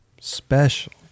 special